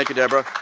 like deborah.